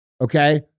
Okay